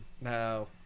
no